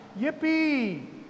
Yippee